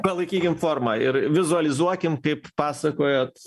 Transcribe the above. palaikykim formą ir vizualizuokim kaip pasakojot